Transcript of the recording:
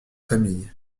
famille